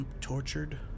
tortured